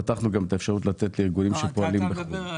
פתחנו גם את האפשרות לתת לארגונים שפועלים בחוץ לארץ.